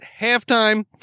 halftime